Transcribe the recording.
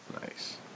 Nice